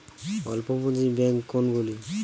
অল্প পুঁজি ব্যাঙ্ক কোনগুলি?